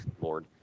lord